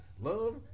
love